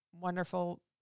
wonderful